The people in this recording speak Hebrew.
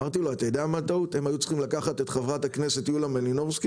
אמרתי לו שהם היו צריכים לקחת את חברת הכנסת יוליה מלינובסקי